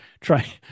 try